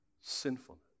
sinfulness